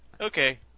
okay